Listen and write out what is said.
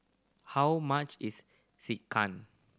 how much is Sekihan